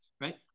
right